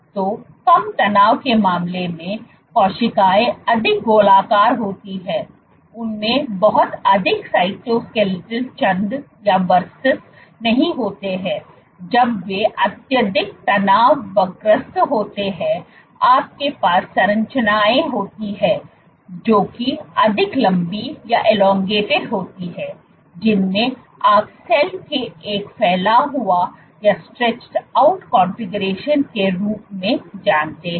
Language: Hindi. तो कम तनाव के मामले में कोशिकाएं अधिक गोलाकार होती हैं उनमें बहुत अधिक साइटोस्केलेटन छंद नहीं होते हैं जब वे अत्यधिक तनावग्रस्त होते हैं आपके पास संरचनाएं होती हैं जो कि अधिक लम्बी होती हैं जिन्हें आप सेल के एक फैला हुआ कॉन्फ़िगरेशन के रूप में जानते हैं